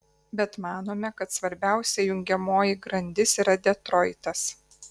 bet manome kad svarbiausia jungiamoji grandis yra detroitas